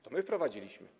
To my to wprowadziliśmy.